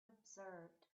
observed